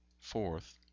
Fourth